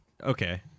Okay